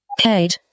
Kate